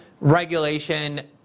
regulation